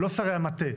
לא שרי המטה,